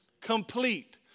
Complete